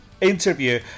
interview